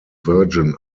virgin